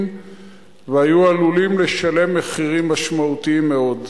והם היו עלולים לשלם מחירים משמעותיים מאוד.